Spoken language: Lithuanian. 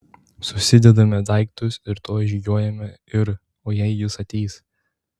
susidedame daiktus ir tuoj žygiuojame ir o jei jis ateis